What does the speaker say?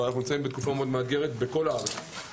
אנחנו נמצאים בתקופה מאוד מאתגרת בכל הארץ,